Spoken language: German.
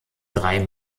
drei